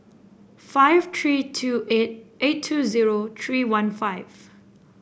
five three two eight eight two zero three one five